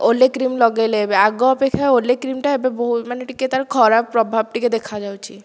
ଓଲେ cream ଲଗେଇଲେ ଏବେ ଆଗ ଅପେକ୍ଷା ଓଲେ କ୍ରିମ୍ଟା ଏବେ ବହୁତ ମାନେ ଟିକିଏ ତାର ଖରାପ ପ୍ରଭାବ ଟିକିଏ ଦେଖାଯାଉଛି